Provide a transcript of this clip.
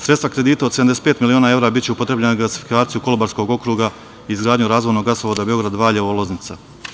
Sredstva kredita od 75 miliona evra biće upotrebljena za gasifikaciju Kolubarskog okruga, izgradnju razvojnog gasovoda Beograd – Valjevo – Loznica.